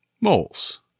Moles